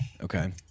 Okay